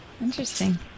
Interesting